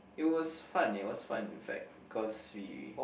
it was fun it was fun in fact cause we